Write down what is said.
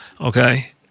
okay